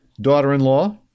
daughter-in-law